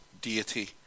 deity